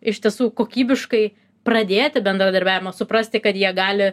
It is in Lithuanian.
iš tiesų kokybiškai pradėti bendradarbiavimą suprasti kad jie gali